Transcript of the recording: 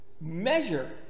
measure